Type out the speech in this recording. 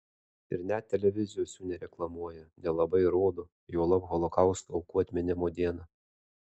ir net televizijos jų nereklamuoja nelabai ir rodo juolab holokausto aukų atminimo dieną